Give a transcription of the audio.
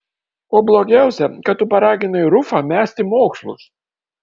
o blogiausia kad tu paraginai rufą mesti mokslus